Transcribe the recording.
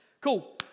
Cool